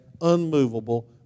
unmovable